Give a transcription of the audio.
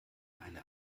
eine